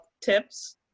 tips